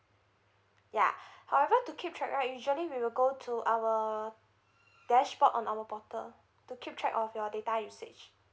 ya however to keep track right usually we will go to our dashboard on our portal to keep track of your data usage